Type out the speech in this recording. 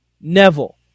Neville